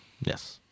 Yes